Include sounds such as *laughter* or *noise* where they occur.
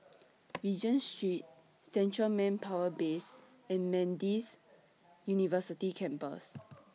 *noise* Regent Street Central Manpower Base and MDIS University Campus